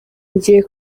ngiye